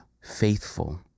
faithful